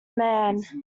man